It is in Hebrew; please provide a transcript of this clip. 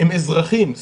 הם אזרחים, יוכלו להתחתן.